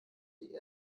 die